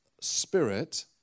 spirit